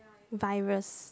virus